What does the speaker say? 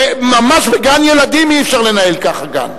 ממש גן-ילדים, אי-אפשר לנהל ככה גן.